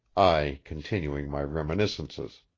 i continuing my reminiscences.